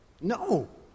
No